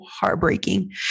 heartbreaking